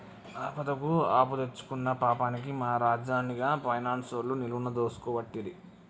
ఆపదకు అప్పుదెచ్చుకున్న పాపానికి మా రాజన్ని గా పైనాన్సోళ్లు నిలువున దోసుకోవట్టిరి